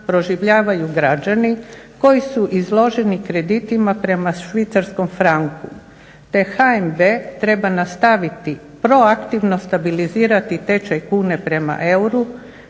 proživljavaju građani koji su izloženi kreditima prema švicarskom franku te HNB treba nastaviti proaktivno stabilizirati tečaj kune prema euru,